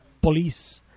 police